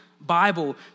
bible